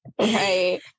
Right